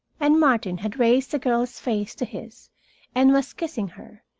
and martin had raised the girl's face to his and was kissing her,